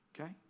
okay